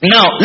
Now